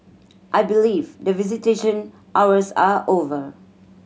I believe the visitation hours are over